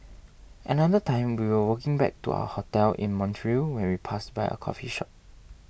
another time we were walking back to our hotel in Montreal when we passed by a coffee shop